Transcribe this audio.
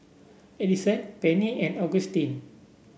Adison Penny and Augustin